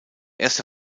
erste